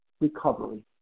recovery